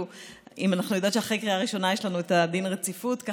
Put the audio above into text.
אנחנו יודעות שאחרי קריאה ראשונה יש לנו דין הרציפות,